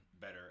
better